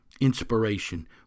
inspiration